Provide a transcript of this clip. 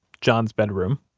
john's bedroom,